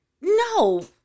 no